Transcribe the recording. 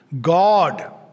God